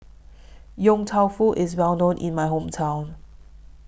Yong Tau Foo IS Well known in My Hometown